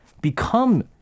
become